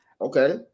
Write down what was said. Okay